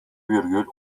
virgül